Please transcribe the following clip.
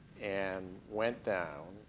and went down,